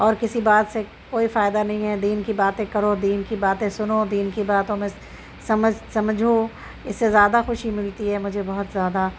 اور کسی بات سے کوئی فائدہ نہیں ہے دین کی باتیں کرو دین کی باتیں سنو دین کی باتوں میں سمجھ سمجھو اس سے زیادہ خوشی ملتی ہے مجھے بہت زیادہ